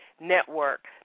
network